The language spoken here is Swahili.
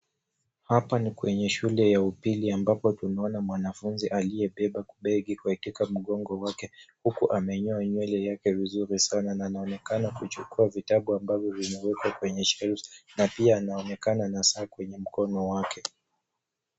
Hapa ni kwenye shule ya upili, ambapo tunaona mwanafunzi aliyebeba begi katika mgongo wake, huku amenyoa nywele yake vizuri sana na anaonekana kuchukua vitabu ambavyo vimewekwa kwenye shelf[cs, na pia anaonekana na saa kwenye mkono wake.